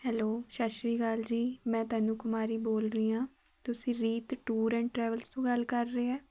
hello ਸਤਿ ਸ਼੍ਰੀ ਅਕਾਲ ਜੀ ਮੈਂ ਤਨੂੰ ਕੁਮਾਰੀ ਬੋਲ ਰਹੀ ਹਾਂ ਤੁਸੀਂ ਰੀਤ ਟੂਰ ਐਂਡ ਟਰੈਵਲਸ ਤੋਂ ਗੱਲ ਕਰ ਰਹੇ ਹੈ